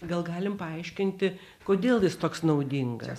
gal galim paaiškinti kodėl jis toks naudingas